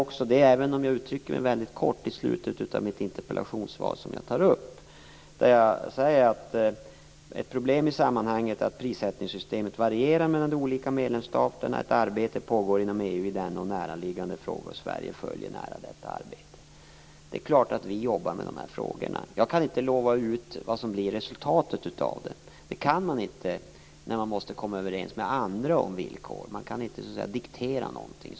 Jag uttrycker mig väldigt kort i slutet av mitt interpellationssvar, där jag säger att ett problem i sammanhanget är att prissättningssystemen varierar mellan de olika medlemsstaterna, att ett arbete pågår inom denna och näraliggande frågor och att Sverige nära följer detta arbete. Det är klart att vi jobbar med de här frågorna. Jag kan inte ge några löften om resultatet. Det kan man inte när man måste komma överens om villkor med andra länder. Man kan inte diktera någonting.